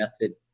method